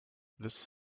this